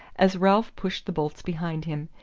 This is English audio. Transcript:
as ralph pushed the bolts behind him,